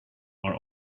are